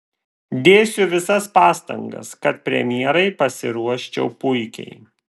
dėsiu visas pastangas kad premjerai pasiruoščiau puikiai